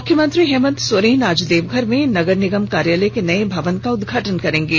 मुख्यमंत्री हेमंत सोरेन आज देवघर में नगर निगम कार्यालय के नये भवन का उदघाटन करेंगे